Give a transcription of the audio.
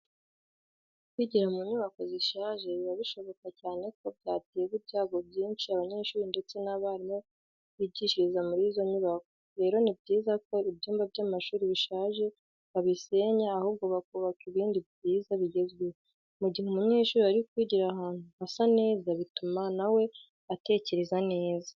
Kwigira mu nyubako zishaje biba bishoboka cyane ko byateza ibyago byinshi abanyeshuri ndetse n'abarimu bigishiriza muri izo nyubako. Rero ni byiza ko ibyumba by'amashuri bishaje babisenya ahubwo bakubaka ibindi byiza bigezweho. Mu gihe umunyeshuri ari kwigira ahantu hasa neza, bituma na we atekereza neza.